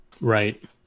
Right